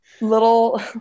little